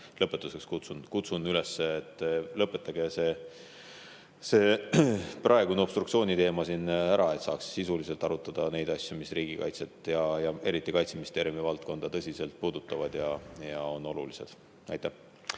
Lõpetuseks kutsun üles, et lõpetage see obstruktsiooniteema siin ära, et saaks sisuliselt arutada neid asju, mis riigikaitset ja eriti Kaitseministeeriumi valdkonda tõsiselt puudutavad ja on olulised. Aitäh!